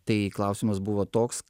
tai klausimas buvo toks